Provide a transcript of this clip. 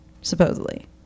supposedly